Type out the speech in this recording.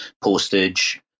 postage